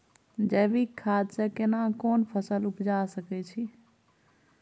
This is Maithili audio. जैविक खाद से केना कोन फसल उपजा सकै छि?